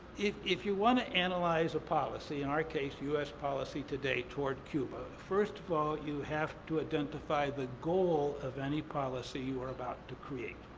if if you wanna analyze a policy, in our case, u s. policy today toward cuba, first of all you have to identify the goal of any policy you are about to create.